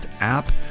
app